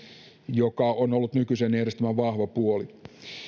joka on ollut nykyisen järjestelmän vahva puoli